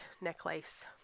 necklace